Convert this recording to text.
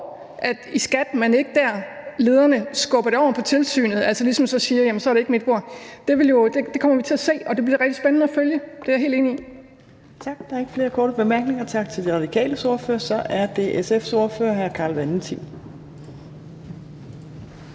i Skatteministeriet skubber det over på tilsynet, altså ligesom siger, at det ikke er deres bord, kommer vi til at se, og det bliver rigtig spændende at følge – det er jeg helt enig i.